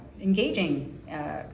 engaging